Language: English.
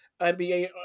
NBA